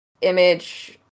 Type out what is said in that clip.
image